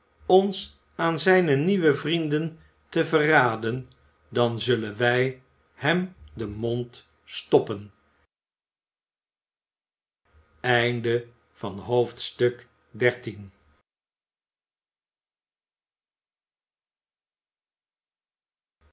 ons aan zijne nieuwe vrienden te verraden dan zullen wij hem den mond stoppen